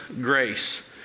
grace